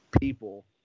people